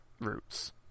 roots